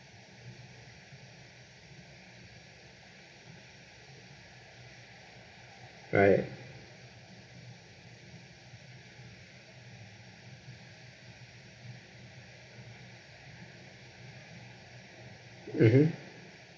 alright mmhmm